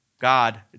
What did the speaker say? God